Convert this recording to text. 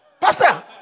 Pastor